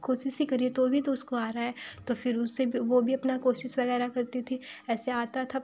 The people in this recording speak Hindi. कोशिश ही कर रही है तभी तो उसको आ रहा है तो फिर उससे भी वो भी अपना कोशिश वगेरह करती थी ऐसे आता था